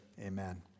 Amen